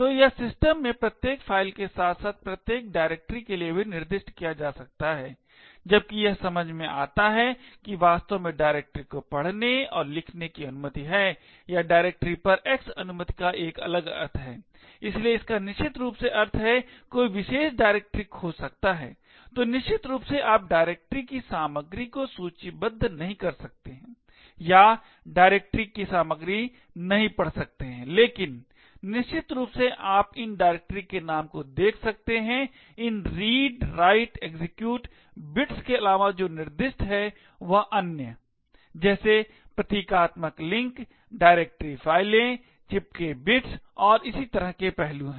तो यह सिस्टम में प्रत्येक फ़ाइल के साथ साथ प्रत्येक डायरेक्टरी के लिए भी निर्दिष्ट किया जा सकता है जबकि यह समझ में आता है कि वास्तव में डायरेक्टरी को पढ़ने और लिखने की अनुमति है या डायरेक्टरी पर X अनुमति का एक अलग अर्थ है इसलिए इसका निश्चित रूप से अर्थ है कोई विशेष डायरेक्टरी खोज सकता है तो निश्चित रूप से आप डायरेक्टरी की सामग्री को सूचीबद्ध नहीं कर सकते हैं या डायरेक्टरी की सामग्री नहीं पढ़ सकते हैं लेकिन निश्चित रूप से आप इन डायरेक्टरी के नाम को देख सकते हैं इन read write execute बिट्स के अलावा जो निर्दिष्ट है वह अन्य जैसे प्रतीकात्मक लिंक डायरेक्टरी फ़ाइलें चिपके बिट्स और इसी तरह के पहलू है